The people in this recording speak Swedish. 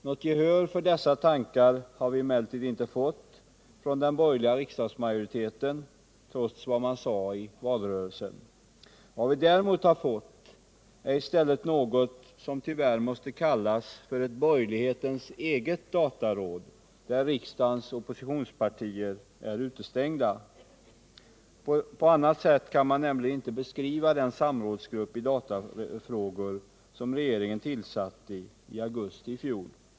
Något gehör för dessa tankar har vi emellertid inte fått från den borgerliga riksdagsmajoriteten trots löften i valrörelsen. Vad vi däremot har fått är i stället något som tyvärr måste kallas för ett borgerlighetens eget dataråd, där riksdagens oppositionspartier är utestängda. På annat sätt kan man nämligen inte beskriva den samrådsgrupp i datafrågor som regeringen tillsatte i augusti i fjol.